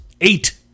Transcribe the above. Eight